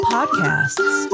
Podcasts